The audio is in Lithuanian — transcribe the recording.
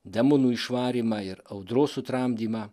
demonų išvarymą ir audros sutramdymą